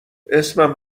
اسمم